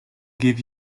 give